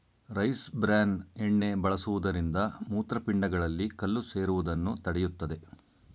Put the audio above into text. rice bran ಎಣ್ಣೆ ಬಳಸುವುದರಿಂದ ಮೂತ್ರಪಿಂಡಗಳಲ್ಲಿ ಕಲ್ಲು ಸೇರುವುದನ್ನು ತಡೆಯುತ್ತದೆ